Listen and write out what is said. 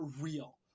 real